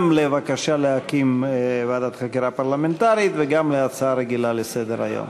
על הבקשה להקים ועדת חקירה פרלמנטרית וגם על ההצעה הרגילה לסדר-היום.